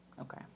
Okay